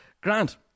Grant